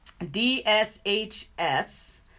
DSHS